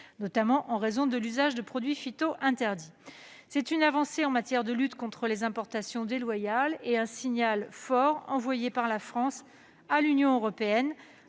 notamment en raison de l'usage de produits phytopharmaceutiques interdits. C'est une avancée en matière de lutte contre les importations déloyales et un signal fort envoyé par la France à l'Union européenne,